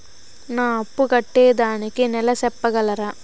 నా అప్పు కట్టేదానికి నెల సెప్పగలరా?